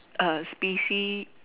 err species